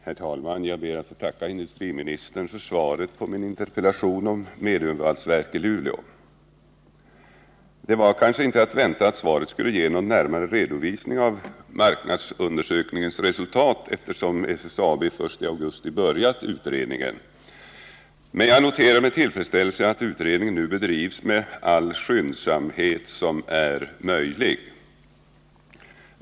Herr talman! Jag ber att få tacka industriministern för svaret på min interpellation om mediumvalsverk i Luleå. Det var kanske inte att vänta att svaret skulle ge någon närmare redovisning av marknadsundersökningens resultat, eftersom SSAB först i augusti påbörjat utredningen, men jag noterar med tillfredsställelse att utredningen nu bedrivs med all skyndsamhet som är möjlig.